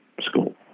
school